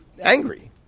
angry